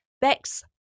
Bex